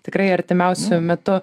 tikrai artimiausiu metu